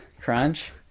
Crunch